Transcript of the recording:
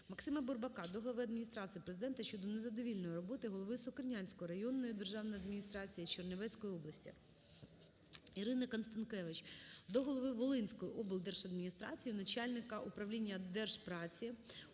Максима Бурбака до глави Адміністрації Президента України щодо незадовільної роботи голови Сокирянської районної держаної адміністрації Чернівецької області. Ірини Констанкевич до голови Волинської облдержадміністрації, начальника Управління Держпраці